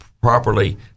properly